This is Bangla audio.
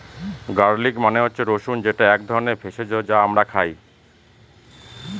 গার্লিক মানে হচ্ছে রসুন যেটা এক ধরনের ভেষজ যা আমরা খাই